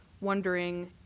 wondering